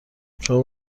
شما